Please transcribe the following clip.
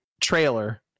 trailer